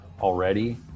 already